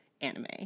Anime